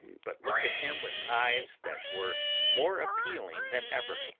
but looked at him with eyes that were more appealing than ever.